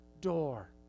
door